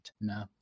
No